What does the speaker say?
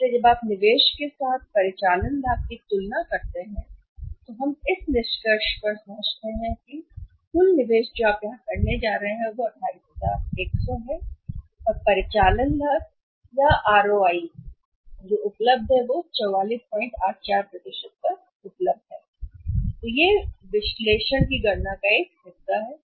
इसलिए जब आप निवेश के साथ परिचालन लाभ की तुलना करते हैं तो हम इस निष्कर्ष पर पहुंचे कि द कुल निवेश जो आप यहां करने जा रहे हैं वह 28100 और परिचालन लाभ या आरओआई का है उपलब्ध 4484 है यह गणना के विश्लेषण का एक हिस्सा है